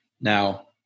Now